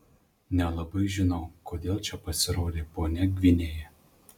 nelabai žinau kodėl čia pasirodė ponia gvinėja